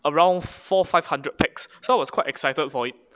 around four five hundred pax so I was quite excited for it